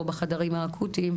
או בחדרים האקוטיים,